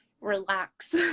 relax